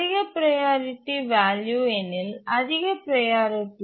அதிக priority value எனில் அதிக ப்ரையாரிட்டி